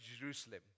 Jerusalem